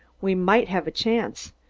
we might have a chance,